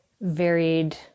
varied